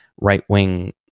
right-wing